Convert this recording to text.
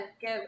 give